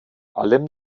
allem